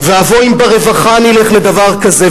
ואבוי אם ברווחה נלך לדבר כזה,